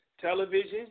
television